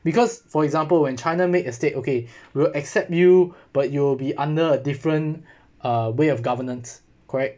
because for example when china make a state okay will accept you but you'll be under a different uh way of governance correct